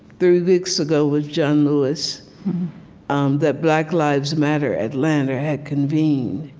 three weeks ago with john lewis um that black lives matter atlanta had convened.